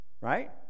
Right